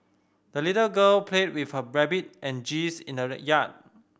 the little girl played with her rabbit and geese in the yard